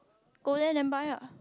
go there then buy ah